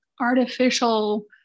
artificial